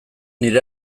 nire